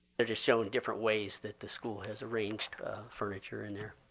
they're just showing different ways that the school has arranged furniture in there.